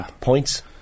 points